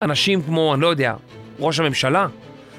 אנשים כמו, אני לא יודע, ראש הממשלה?